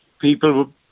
people